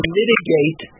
mitigate